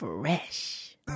Fresh